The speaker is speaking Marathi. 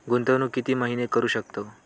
गुंतवणूक किती महिने करू शकतव?